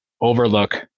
overlook